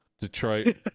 Detroit